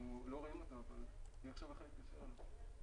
נעבור לתיקון תקנה 85,